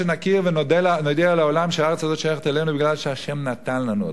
שנכיר ונודיע לעולם שהארץ הזאת שייכת לנו מפני שה' נתן לנו אותה.